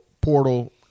portal